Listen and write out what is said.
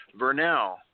Vernell